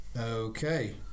Okay